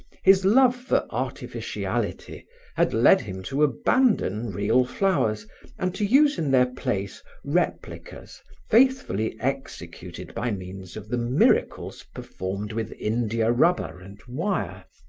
his love for artificiality had led him to abandon real flowers and to use in their place replicas faithfully executed by means of the miracles performed with india rubber and wire,